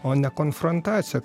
o ne konfrontacija